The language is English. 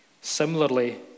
similarly